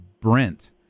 Brent